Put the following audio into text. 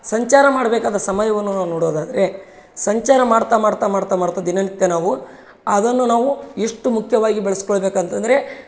ಸಂಚಾರ ಮಾಡಬೇಕಾದ ಸಮಯವನ್ನು ನಾವು ನೋಡೋದಾದ್ರೆ ಸಂಚಾರ ಮಾಡ್ತಾ ಮಾಡ್ತಾ ಮಾಡ್ತಾ ಮಾಡ್ತಾ ದಿನನಿತ್ಯ ನಾವು ಅದನ್ನು ನಾವು ಇಷ್ಟು ಮುಖ್ಯವಾಗಿ ಬಳಸ್ಕೊಳ್ಬೇಕ್ ಅಂತಂದರೆ